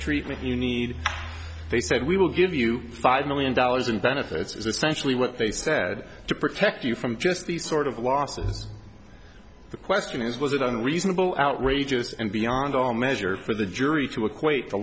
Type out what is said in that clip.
treatment you need they said we will give you five million dollars in benefits is essentially what they said to protect you from just these sort of losses the question is was it unreasonable outrageous and beyond all measure for the jury to equate t